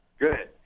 Good